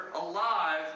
alive